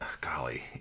golly